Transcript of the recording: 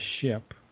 ship